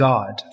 God